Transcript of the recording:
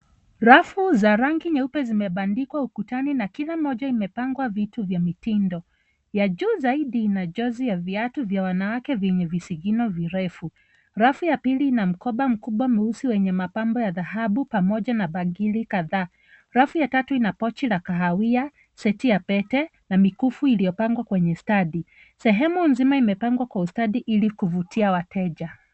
Rafu za rangi nyeupe zimebandikwa ukutani na kila moja imepangwa vitu vya mitindo. Ya juu zaidi ina jezi ya viatu vya wanawake vyenye visigino virefu. Rafu ya pili ina mkoba mkubwa mweusi yenye mapambo ya dhahabu pamoja na bangili kadhaa. Rafu ya tatu ina pochi la kahawia, seti ya pete na mikufu iliyopangwa kwenye stadi. Sehemu nzima imepangwa kwa ustadi ili kuvutia wateja.